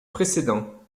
précédent